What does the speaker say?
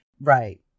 Right